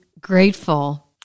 grateful